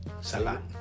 Salah